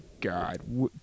God